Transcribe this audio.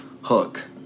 hook